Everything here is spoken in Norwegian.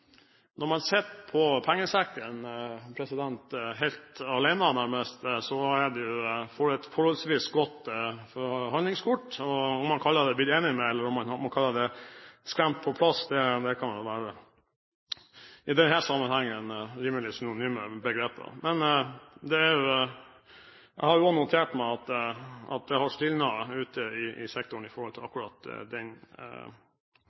Når man sitter på pengesekken, helt alene nærmest, får man et forholdsvis godt forhandlingskort. Om man kaller det «blitt enig med», eller om man kaller det «skremt på plass», kan vel det i denne sammenheng være rimelig synonyme begreper. Men jeg har jo notert meg at det har stilnet ute i sektoren med hensyn til